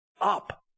up